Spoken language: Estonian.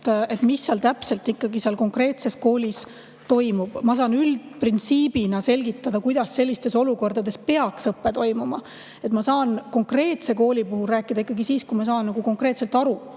mis täpselt ikkagi selles konkreetses koolis toimub. Ma saan üldprintsiibina selgitada, kuidas sellistes olukordades peaks õpe toimuma. Ma saan konkreetsest koolist rääkida ikkagi siis, kui ma saan konkreetselt aru,